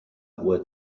were